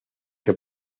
que